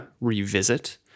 revisit